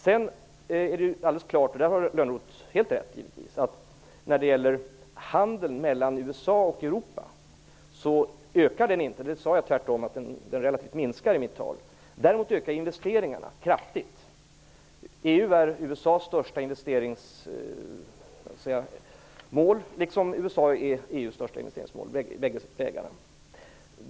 Sedan är det alldeles klart, där har Lönnroth helt rätt givetvis, att när det gäller handeln mellan USA och Europa så ökar den inte. Det sade jag i mitt tal att den tvärtom relativt minskar. Däremot ökar investeringarna kraftigt. EU är USA:s största investeringsmål liksom USA är EU:s största investeringsmål. Bägge vägarna.